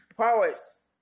Powers